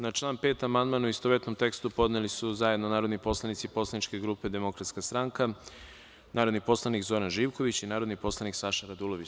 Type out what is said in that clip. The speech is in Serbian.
Na član 5. amandman u istovetnom tekstu podneli su zajedno narodni poslanici poslaničke grupe DS i narodni poslanik Zoran Živković i narodni poslanik Saša Radulović.